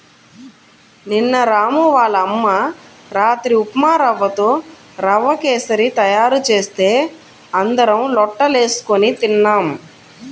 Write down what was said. నిన్న రాము వాళ్ళ అమ్మ రాత్రి ఉప్మారవ్వతో రవ్వ కేశరి తయారు చేస్తే అందరం లొట్టలేస్కొని తిన్నాం